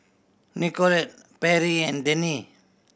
Nikole Perri and Dennie